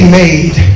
made